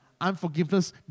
Unforgiveness